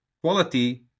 quality